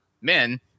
men